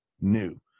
new